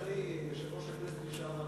אדוני יושב-ראש הכנסת לשעבר,